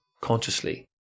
consciously